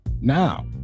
Now